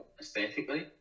aesthetically